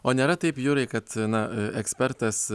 o nėra taip jurai kad na ekspertas